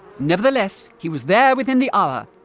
nevertheless, he was there within the ah hour.